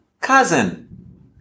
cousin